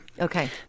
Okay